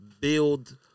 build